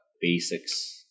basics